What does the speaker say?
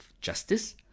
justice